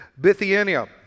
Bithynia